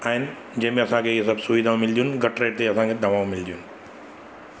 आहिनि जंहिंमें असांखे इहे सभु सुविधाऊं मिलदियूं आहिनि घटि रेट ते असांखे दवाऊं मिलदियूं आहिनि